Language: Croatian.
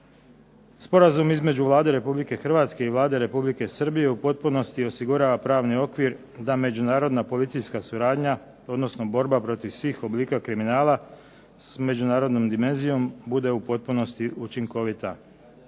Sporazum između vlade Republike Hrvatske i Vlade Republike Srbije u potpunosti osigurava pravni okvir da međunarodno policijska suradnja odnosno borba protiv svih oblika kriminala, s međunarodnom dimenzijom bude u potpunosti učinkovita.